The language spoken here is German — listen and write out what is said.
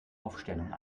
aufstellung